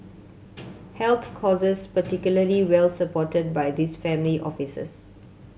health causes particularly well supported by these family offices